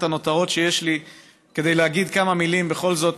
הנותרות שיש לי כדי להגיד כמה מילים בכל זאת